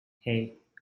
hey